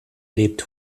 lebt